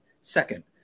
second